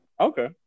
Okay